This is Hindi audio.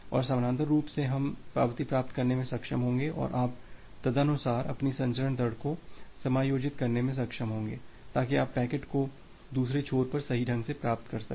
और समानांतर रूप से हम पावती प्राप्त करने में सक्षम होंगे और आप तदनुसार अपनी संचरण दर को समायोजित करने में सक्षम होंगे ताकि आप पैकेट को दूसरे छोर पर सही ढंग से प्राप्त कर सकें